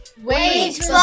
Wait